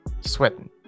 sweating